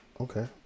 Okay